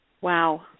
Wow